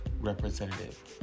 representative